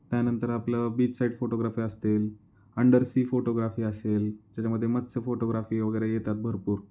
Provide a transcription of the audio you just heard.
त्यानंतर आपलं beach side photography असतील अंडरसी फोटोग्राफी असेल त्याच्यामध्ये मत्स्य फोटोग्राफी वगैरे येतात भरपूर